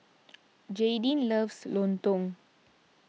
Jaydin loves Lontong